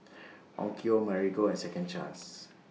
Onkyo Marigold and Second Chance